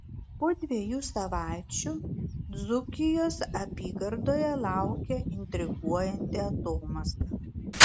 po dviejų savaičių dzūkijos apygardoje laukia intriguojanti atomazga